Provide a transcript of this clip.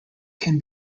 can